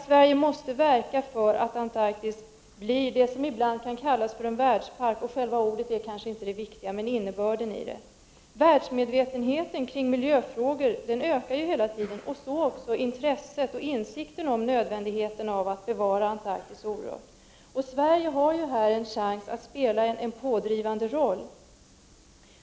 Sverige måste verka för att Antarktis blir det som ibland kallas en världspark — själva ordet är inte det viktiga, utan innebörden i det. Världsmedvetenheten kring miljöfrågor ökar hela tiden, så också intresset och insikten om nödvändigheten av att bevara Antarktis orört. Sverige har här en chans att spela en pådrivande roll.